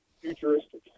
Futuristic